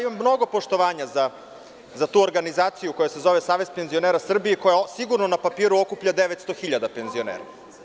Imam mnogo poštovanja za tu organizaciju koja se zove Savez penzionera Srbije i koja sigurno na papiru okuplja 900.000 penzionera.